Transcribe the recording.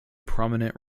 prominent